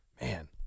man